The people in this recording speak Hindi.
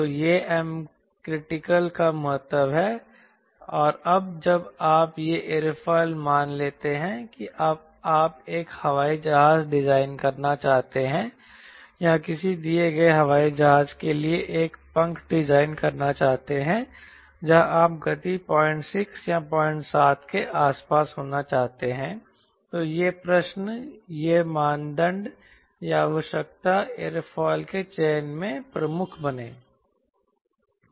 तो यह MCR का महत्व है और जब आप एक एयरोफिल मान लेते हैं कि आप एक हवाई जहाज डिजाइन करना चाहते हैं या किसी दिए गए हवाई जहाज के लिए एक पंख डिजाइन करना चाहते हैं जहां आप गति 06 या 07 के आसपास होना चाहते हैं तो यह प्रश्न यह मानदंड यह आवश्यकता एयरोफिल के चयन में प्रमुख बनें